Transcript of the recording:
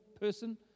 person